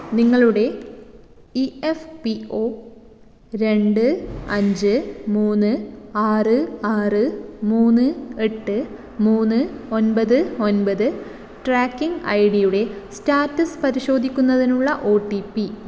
നിങ്ങളുടെ E F P O രണ്ട് അഞ്ച് മൂന്ന് ആറ് ആറ് മൂന്ന് എട്ട് മൂന്ന് ഒൻപത് ഒൻപത് ട്രാക്കിംഗ് ഐ ഡിയുടെ സ്റ്റാറ്റസ് പരിശോധിക്കുന്നതിനുള്ള ഒ ടി പി